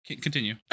Continue